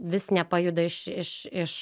vis nepajuda iš iš iš